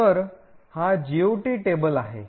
तर हा GOT table आहे